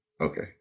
Okay